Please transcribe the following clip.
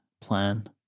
plan